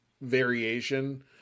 variation